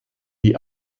die